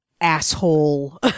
asshole